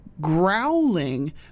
growling